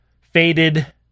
faded